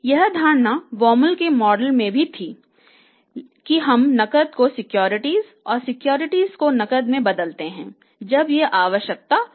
यह धारणा Baumol के मॉडल में भी थी कि हम नकद को सिक्योरिटी और सिक्योरिटी को नकद में बदल देते हैं जब यह आवश्यक होता है